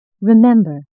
Remember